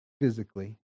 physically